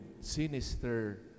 sinister